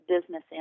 business